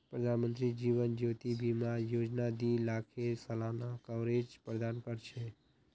प्रधानमंत्री जीवन ज्योति बीमा योजना दी लाखेर सालाना कवरेज प्रदान कर छे